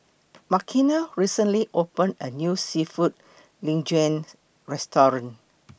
Makena recently opened A New Seafood Linguine Restaurant